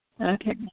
Okay